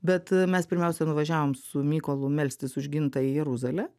bet mes pirmiausia nuvažiavom su mykolu melstis už gintą į jeruzalę